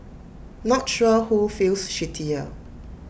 not sure who feels shittier